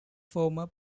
former